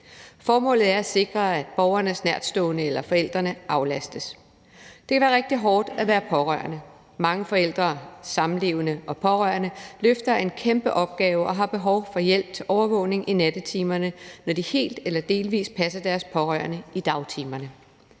Formålet er at sikre, at borgerens nærtstående eller forældre aflastes. Det er rigtig hårdt at være pårørende. Mange forældre, samlevende og pårørende løfter en kæmpe opgave og har behov for hjælp til øget overvågning i nattetimerne, når de helt eller delvis passer deres pårørende i dagtimerne.